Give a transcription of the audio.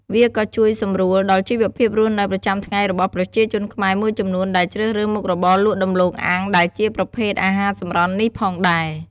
វាក៏ជួយសម្រួលដល់ជីវភាពរស់នៅប្រចាំថ្ងៃរបស់ប្រជាជនខ្មែរមួយចំនួនដែលជ្រើសរើសមុខរបរលក់ដំឡូងអាំងដែលជាប្រភេទអាហារសម្រន់នេះផងដែរ។